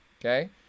okay